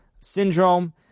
syndrome